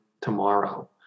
tomorrow